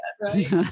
right